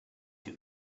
too